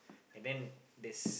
and then there's